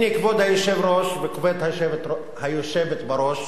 הנה, כבוד היושב-ראש וכבוד היושבת בראש,